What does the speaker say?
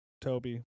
Toby